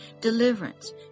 deliverance